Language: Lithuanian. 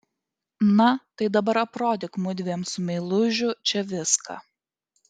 na tai dabar aprodyk mudviem su meilužiu čia viską